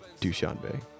Dushanbe